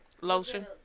Lotion